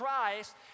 Christ